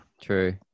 true